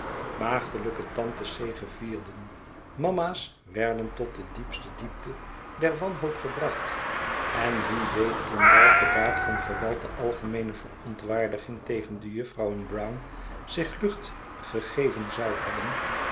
maagdelijke tantes zegevierden mama's werden tot de diepste diepte der wanhoop gebracht en wie weet in welke daad van geweld de algemeene verontwaardiging tegen de juffrouwen brown zich lucht gegeven zou hebben